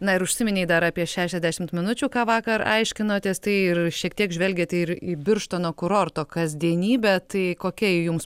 na ir užsiminei dar apie šešiasdešimt minučių ką vakar aiškinotės tai ir šiek tiek žvelgėt ir į birštono kurorto kasdienybę tai kokia jums